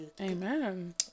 Amen